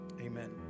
Amen